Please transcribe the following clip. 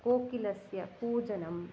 कोकिलस्य कूजनम्